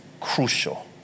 crucial